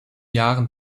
jahren